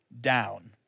down